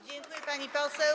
Dziękuję, pani poseł.